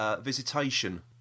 Visitation